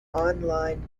online